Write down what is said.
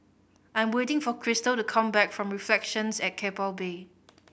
I'm waiting for Krystal to come back from Reflections at Keppel Bay